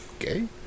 Okay